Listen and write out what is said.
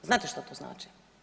Znate što to znači?